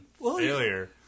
Failure